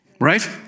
Right